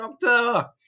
Doctor